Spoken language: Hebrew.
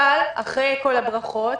אבל אחרי כל הברכות,